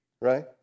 right